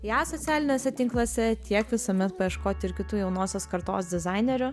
ją socialiniuose tinkluose tiek visuomet paieškoti ir kitų jaunosios kartos dizainerių